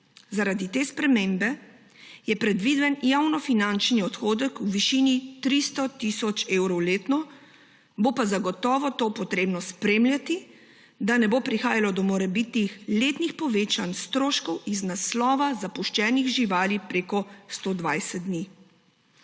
Zaradi te spremembe je predviden javnofinančni odhodek v višini 300 tisoč evrov letno, bo pa zagotovo to potrebno spremljati, da ne bo prihajalo do morebitnih letnih povečanj stroškov iz naslova zapuščenih živali prek 120 dni.